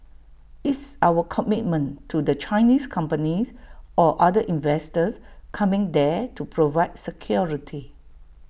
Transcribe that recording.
it's our commitment to the Chinese companies or other investors coming there to provide security